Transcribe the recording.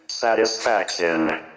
Satisfaction